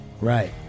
Right